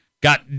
got